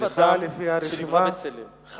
שנהיה עם של בני-אדם, זה קודם כול.